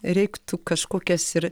reiktų kažkokias ir